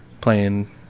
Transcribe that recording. playing